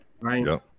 right